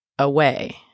away